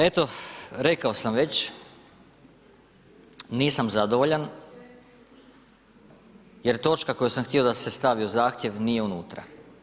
Eto, rekao sam već nisam zadovoljan jer točka koju sam htio da se stavi u zahtjev nije unutra.